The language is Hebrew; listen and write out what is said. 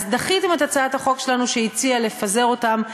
אז דחיתם את הצעת החוק שלנו שהציעה לפזר אותם,